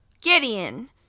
Gideon